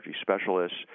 specialists